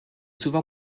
souvent